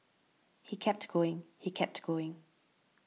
he kept going he kept going